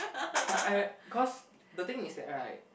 but I cause the thing is that right